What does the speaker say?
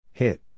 hit